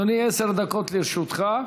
אדוני, עשר דקות לרשותך.